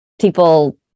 People